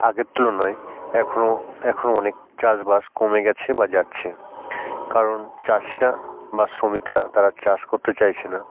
আগের তুলনায় এখনও এখনও অনেক চাষবাস কমে গিয়েছে বা যাচ্ছে কারণ চাষিরা বা শ্রমিকরা তারা চাষ করতে চাইছে না